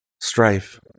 strife